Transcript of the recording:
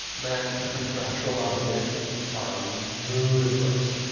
man, the contractual obligations are ludicrous.